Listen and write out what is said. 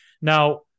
now